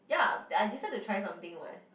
ya I decide to try something [what]